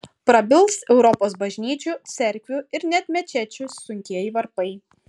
prabils europos bažnyčių cerkvių ir net mečečių sunkieji varpai